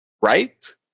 right